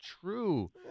true